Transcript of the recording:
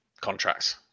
contracts